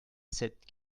sept